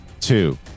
two